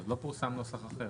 עוד לא פורסם נוסח אחר.